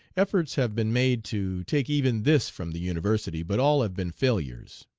efforts have been made to take even this from the university, but all have been failures.